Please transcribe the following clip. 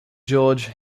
george